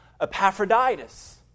Epaphroditus